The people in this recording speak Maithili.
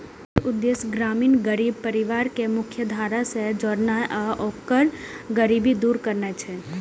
एकर उद्देश्य ग्रामीण गरीब परिवार कें मुख्यधारा सं जोड़नाय आ ओकर गरीबी दूर करनाय छै